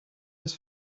his